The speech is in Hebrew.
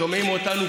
שומעים אותנו,